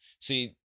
See